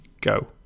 go